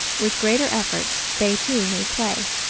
with greater effort, they, too, may play,